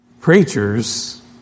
preachers